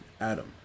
Adam